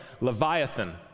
Leviathan